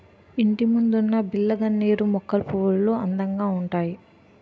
ఇంటిముందున్న బిల్లగన్నేరు మొక్కల పువ్వులు అందంగా ఉంతాయి